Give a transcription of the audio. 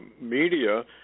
media